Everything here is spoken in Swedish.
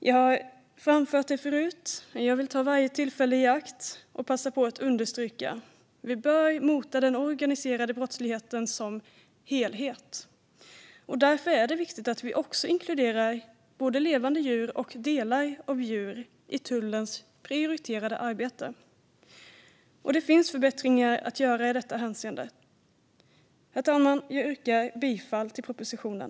Jag har framfört det förut men vill ta varje tillfälle i akt och vill därför passa på att understryka: Vi bör mota den organiserade brottsligheten som helhet, och därför är det viktigt att vi också inkluderar både levande djur och delar av djur i tullens prioriterade arbete. Det finns förbättringar att göra i detta hänseende. Herr talman! Jag yrkar bifall till propositionen.